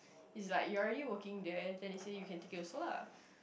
it's like you are already working there then you say you can take it also lah